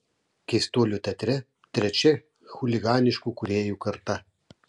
keistuolių teatre trečia chuliganiškų kūrėjų karta